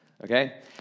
Okay